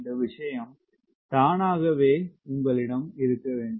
இந்த விஷயம் தானாகவே உங்களிடம் இருக்கவேண்டும்